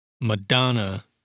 Madonna